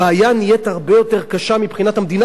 הבעיה נהיית הרבה יותר קשה מבחינת המדינה,